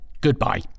goodbye